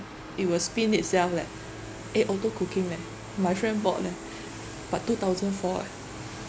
it will spin itself leh eh auto cooking leh my friend bought leh but two thousand four eh